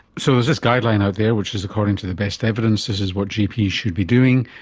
so there's this guideline out there which is according to the best evidence, this is what gps should be doing.